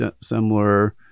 similar